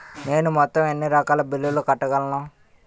నేను మొత్తం ఎన్ని రకాల బిల్లులు కట్టగలను?